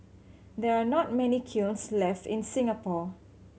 there are not many kilns left in Singapore